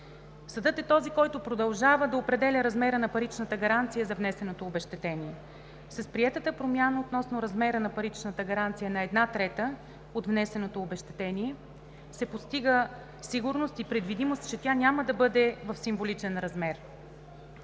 Съдът е този, който продължава да определя размера на паричната гаранция за внесеното обезщетение. С приетата промяна относно размера на паричната гаранция на една трета от внесеното обезщетение се постига сигурност и предвидимост, че тя няма да бъде в символичен размер.